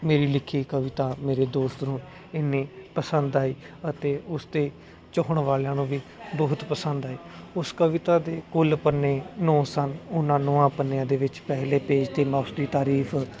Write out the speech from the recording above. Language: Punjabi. ਮੇਰੀ ਲਿਖੀ ਕਵਿਤਾ ਮੇਰੇ ਦੋਸਤ ਨੂੰ ਇਨੀ ਪਸੰਦ ਆਈ ਅਤੇ ਉਸਦੇ ਚਾਹੁਣ ਵਾਲਿਆਂ ਨੂੰ ਵੀ ਬਹੁਤ ਪਸੰਦ ਆਈ ਉਸ ਕਵਿਤਾ ਦੇ ਕੁੱਲ ਪੰਨੇ ਨੌਂ ਸਨ ਉਹਨਾਂ ਨੌਆਂ ਪੰਨਿਆਂ ਦੇ ਵਿੱਚ ਪਹਿਲੇ ਪੇਜ ਤੇ ਦੀ ਤਾਰੀਫ